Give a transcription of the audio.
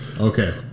Okay